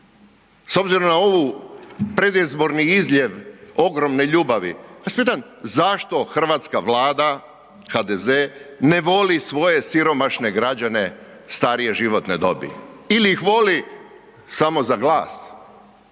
s obzirom na ovu, predizborni izljev ogromne ljubavi, .../Govornik se ne razumije./... zašto hrvatska Vlada, HDZ ne voli svoje siromašne građane starije životne dobi? Ili ih voli samo za glas.